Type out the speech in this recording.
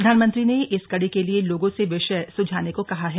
प्रधानमंत्री ने इस कड़ी के लिए लोगों से विषय सुझाने को कहा है